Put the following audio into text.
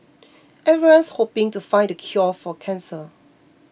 everyone's hoping to find the cure for cancer